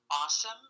awesome